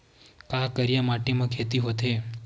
का करिया माटी म खेती होथे?